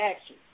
action